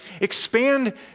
expand